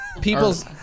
People's